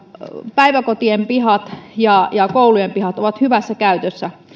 päiväkotien pihat ja ja koulujen pihat ovat hyvässä käytössä